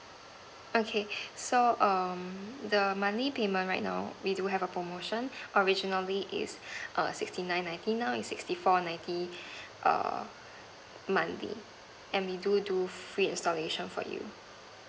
okay so um the monthly payment right now we do have a promotion originally it's err sixty nine ninety nine sixty four ninety err monthly and we do do free installation for you